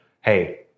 hey